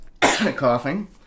coughing